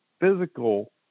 physical